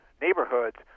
neighborhoods